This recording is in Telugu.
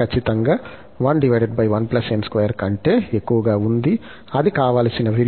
ఖచ్చితంగా కంటే ఎక్కువగా ఉంది అది కావలసిన విలువ